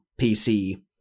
PC